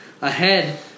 Ahead